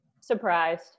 Surprised